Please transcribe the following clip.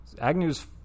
agnew's